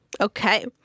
Okay